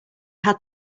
had